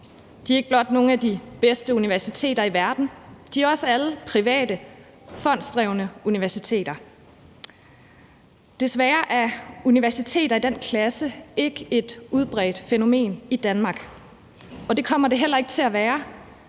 De er ikke blot nogle af de bedste universiteter i verden. De er også alle private fondsdrevne universiteter. Desværre er universiteter i den klasse ikke et udbredt fænomen i Danmark, og det kommer det heller ikke til at være,